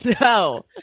No